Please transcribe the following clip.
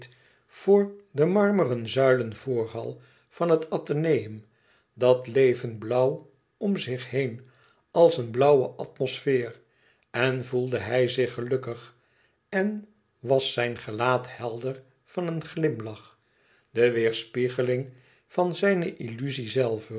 voor de marmeren zuilenvoorhal van het atheneum dat leven blauw om zich heen als een blauwe atmosfeer en voelde hij zich gelukkig en was zijn gelaat helder van een glimlach de weêrspiegeling van zijne illuzie zelve